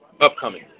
upcoming